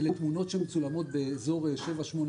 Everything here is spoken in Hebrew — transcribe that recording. תמונות שמצולמות בערך ב-7:00 או 8:00